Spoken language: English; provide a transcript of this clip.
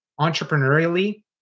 entrepreneurially